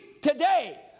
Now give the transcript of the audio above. today